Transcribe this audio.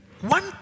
one